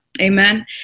Amen